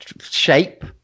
shape